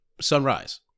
Sunrise